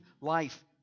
life